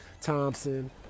Thompson